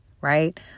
right